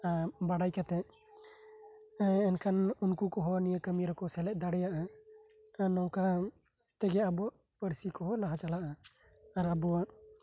ᱵᱟᱰᱟᱭ ᱠᱟᱛᱮ ᱩᱱᱠᱩ ᱠᱚᱦᱚᱸ ᱱᱤᱭᱟᱹ ᱠᱟᱹᱢᱤ ᱨᱮᱠᱚ ᱥᱮᱞᱮᱫ ᱫᱟᱲᱮᱭᱟᱜᱼᱟ ᱱᱚᱝᱠᱟ ᱛᱮᱜᱮ ᱟᱵᱚᱣᱟᱜ ᱯᱟᱹᱨᱥᱤ ᱠᱚᱫᱚ ᱞᱟᱦᱟ ᱪᱟᱞᱟᱜᱼᱟ ᱟᱜ ᱟᱵᱚᱣᱟᱜ